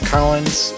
Collins